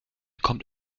kommt